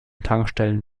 tankstellen